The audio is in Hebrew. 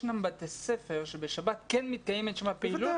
ישנם בתי ספר שבשבת כן מתקיימת שם פעילות.